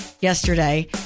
yesterday